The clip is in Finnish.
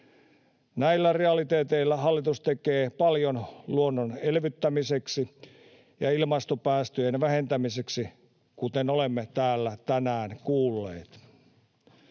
Näillä realiteeteilla hallitus tekee paljon luonnon elvyttämiseksi ja ilmastopäästöjen vähentämiseksi, kuten olemme täällä tänään kuulleet.